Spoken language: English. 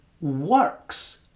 works